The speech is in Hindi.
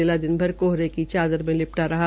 जिला दिन भर कोहरे की चादर मे लिपटा रहा